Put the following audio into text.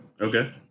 Okay